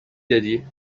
دادی